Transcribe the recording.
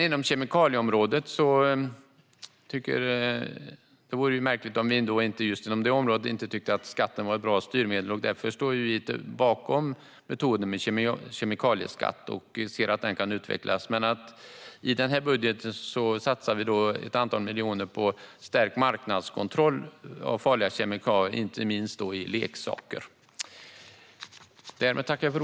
På kemikalieområdet vore det märkligt om vi tyckte att skatten inte är ett bra styrmedel, så därför står vi bakom kemikalieskatten och ser att den kan utvecklas. I denna budget satsar vi ett antal miljoner på stärkt marknadskontroll av farliga kemikalier, inte minst i leksaker.